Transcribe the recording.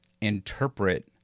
interpret